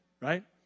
right